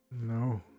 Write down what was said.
No